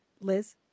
Liz